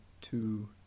two